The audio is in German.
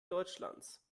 deutschlands